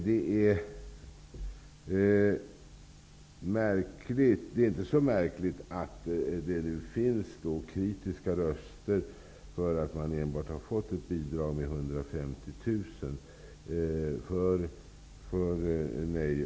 Det är inte så märkligt att det nu finns kritiska röster för att nej och ja-sidan har fått ett bidrag på enbart 150 000 kr.